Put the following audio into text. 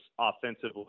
offensively